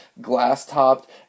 glass-topped